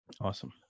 Awesome